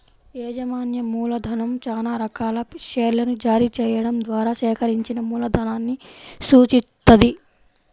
యాజమాన్య మూలధనం చానా రకాల షేర్లను జారీ చెయ్యడం ద్వారా సేకరించిన మూలధనాన్ని సూచిత్తది